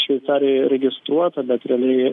šveicarijoje registruota bet realiai